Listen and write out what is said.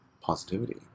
positivity